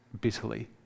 bitterly